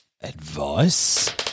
advice